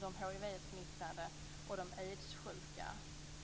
de hivsmittade och de aidssjuka.